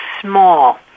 small